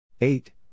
eight